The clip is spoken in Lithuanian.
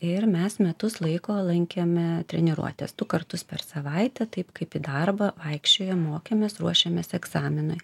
ir mes metus laiko lankėme treniruotes du kartus per savaitę taip kaip į darbą vaikščiojom mokėmės ruošėmės egzaminui